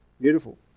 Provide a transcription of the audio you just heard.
Beautiful